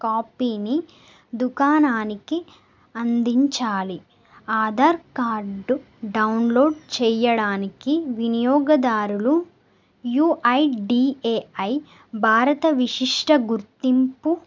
కాపీని దుకాణానికి అందించాలి ఆధార్ కార్డు డౌన్లోడ్ చేయడానికి వినియోగదారులు యయు ఐడిఏఐ భారత విశిష్ట గుర్తింపు